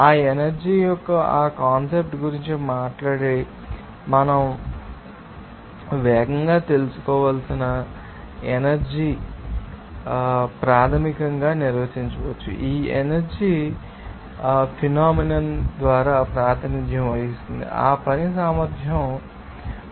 ఆ ఎనర్జీ యొక్క ఆ కాన్సెప్ట్ గురించి మాట్లాడండి మనం వేగంగా తెలుసుకోవలసిన ఎనర్జీ ఏమిటి దానిని ప్రాథమికంగా ఎలా నిర్వచించవచ్చు ఈ ఎనర్జీ మీ ఫినామినన్ ద్వారా ప్రాతినిధ్యం వహిస్తుంది ఆ పని సామర్థ్యం మీకు తెలుసు